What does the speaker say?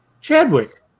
Chadwick